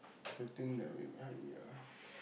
shooting the ya